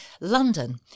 London